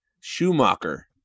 Schumacher